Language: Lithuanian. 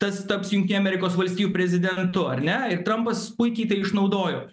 tas taps jungtinių amerikos valstijų prezidentu ar ne ir trampas puikiai tai išnaudojo